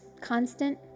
constant